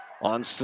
On